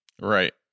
Right